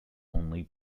only